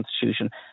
Constitution